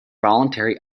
voluntary